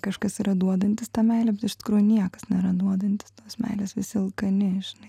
kažkas yra duodantis tą meilę bet iš tikrųjų niekas nėra duodantis tos meilės visi alkani žinai